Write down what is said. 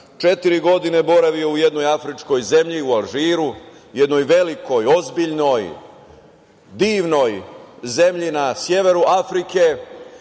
četiri godine boravio u jednoj afričkoj zemlji, u Alžiru, u jednoj velikoj ozbiljnoj divnoj zemlji na severu Afrike